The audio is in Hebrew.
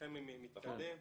ברשותכם מתקדם.